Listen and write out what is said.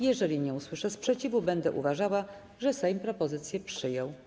Jeżeli nie usłyszę sprzeciwu, będę uważała, że Sejm propozycję przyjął.